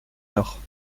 heure